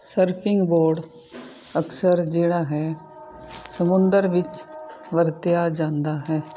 surfing board ਅਕਸਰ ਜਿਹੜਾ ਹੈ ਸਮੁੰਦਰ ਵਿੱਚ ਵਰਤਿਆ ਜਾਂਦਾ